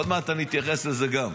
עוד מעט אני אתייחס לזה גם.